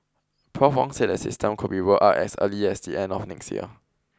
prof Wong said the system could be rolled out as early as the end of next year